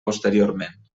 posteriorment